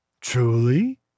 Truly